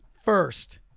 first